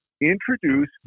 introduce